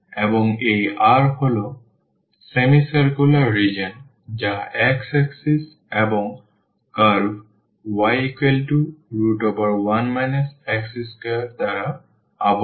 এবং এই R হল semicircular রিজিওন যা x axis এবং কার্ভ y1 x2 দ্বারা আবদ্ধ